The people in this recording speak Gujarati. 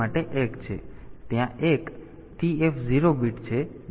તેથી ત્યાં એક TF 0 બીટ છે જે મૂળભૂત રીતે ઓવરફ્લો બીટ છે